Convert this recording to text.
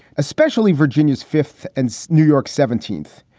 especially virginia's fifth and new york's seventeenth.